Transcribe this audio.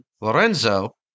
Lorenzo